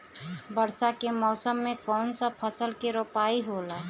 वर्षा के मौसम में कौन सा फसल के रोपाई होला?